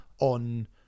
on